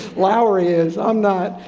lowery is, i'm not.